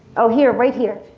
oh here, right here.